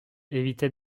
évitait